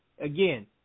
Again